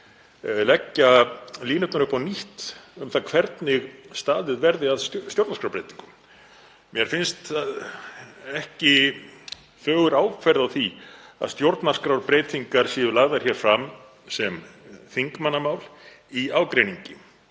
leggja línurnar upp á nýtt um það hvernig staðið verði að stjórnarskrárbreytingum. Mér finnst ekki fögur áferð á því að stjórnarskrárbreytingar séu lagðar fram sem þingmannamál í ágreiningi,